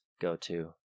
go-to